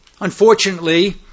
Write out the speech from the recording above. unfortunately